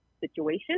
situation